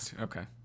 Okay